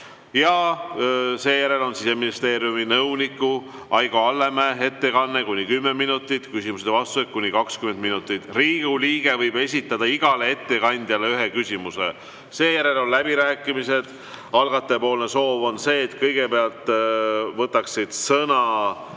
Ja seejärel on Siseministeeriumi nõuniku Aigo Allmäe ettekanne kuni 10 minutit, küsimused ja vastused kuni 20 minutit. Riigikogu liige võib esitada igale ettekandjale ühe küsimuse. Seejärel on läbirääkimised. Algataja soov on see, et kõigepealt võtaksid sõna